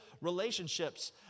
relationships